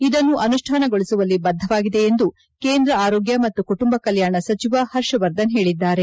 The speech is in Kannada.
ಇದನ್ನು ಅನುಷ್ಠಾನಗೊಳಿಸುವಲ್ಲಿ ಬದ್ಧವಾಗಿದೆ ಎಂದು ಕೇಂದ್ರ ಆರೋಗ್ಯ ಮತ್ತು ಕುಟುಂಬ ಕಲ್ಕಾಣ ಸಚಿವ ಪರ್ಷವರ್ಧನ್ ಹೇಳಿದ್ದಾರೆ